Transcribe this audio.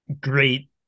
great